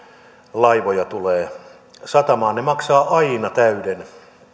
laivoja tulee satamaan niin ne maksavat aina täyden